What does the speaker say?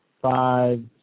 five